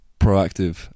proactive